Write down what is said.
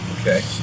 Okay